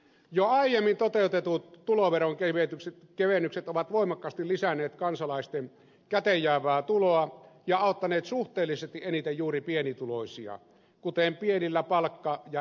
jo aiemmin toteutetut tuloveron kevennykset ovat voimakkaasti lisänneet kansalaisten käteenjäävää tuloa ja auttaneet suhteellisesti eniten juuri pienituloisia kuten pienillä palkka ja eläketuloilla eläviä